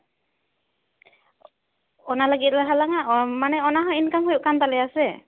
ᱚᱱᱟ ᱞᱟᱹᱜᱤᱫ ᱞᱮ ᱦᱟᱞᱟᱝ ᱢᱟᱱᱮ ᱚᱱᱟ ᱦᱚᱸ ᱤᱱᱠᱟᱢ ᱦᱩᱭᱩᱜ ᱠᱟᱱ ᱛᱟᱞᱮᱭᱟ ᱥᱮ